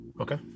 Okay